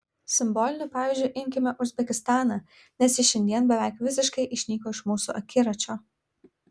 simboliniu pavyzdžiu imkime uzbekistaną nes jis šiandien beveik visiškai išnyko iš mūsų akiračio